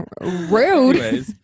Rude